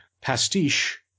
pastiche